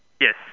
Yes